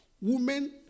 women